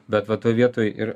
bet va toj vietoj ir